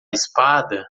espada